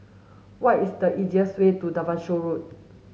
what is the easiest way to Devonshire Road